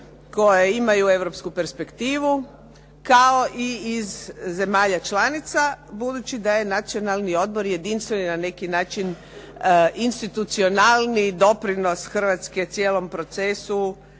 koje imaj europsku perspektivu kao i iz zemalja članica, budući da je Nacionalni odbor jedinstveni na neki način institucionalni doprinos Hrvatske cijelom procesu